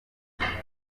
yiyemeje